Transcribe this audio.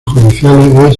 judiciales